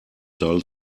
dull